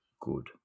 good